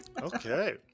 Okay